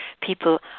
People